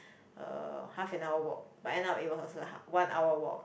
uh half and hour walk but end up it was a one hour walk